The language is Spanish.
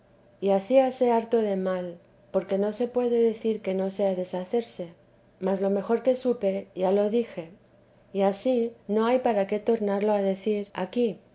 y hacíase harto de mal porque no se puede decir que no sea deshacerse mas lo mejor que supe j a lo dije y ansí no hay para qué tornarlo a decir aquí